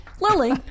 Lily